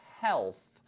health